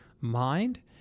mind